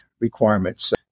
requirements